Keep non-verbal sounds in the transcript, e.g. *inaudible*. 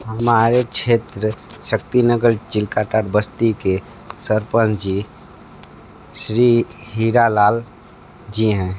हमारे क्षेत्र शक्तिनगर *unintelligible* बस्ती के सरपंच जी श्री हीरालाल जी हैं